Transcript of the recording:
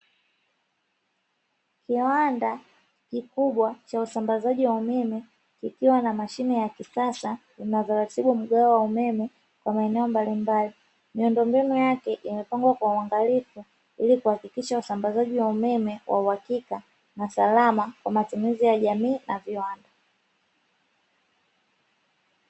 Kiwanda kikubwa cha usambazaji wa umeme, kikiwa na mashine ya kisasa, inayoratibu ngao wa umeme kwa maeneo mbalimbali. Miundombinu yake imepangwa kwa uangalifu, ili kuhakikisha usambazaji wa umeme wa uhakika, na salama kwa matumizi ya jamii na viwanda.